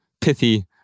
pithy